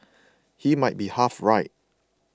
he might be half right